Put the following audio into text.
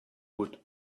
woot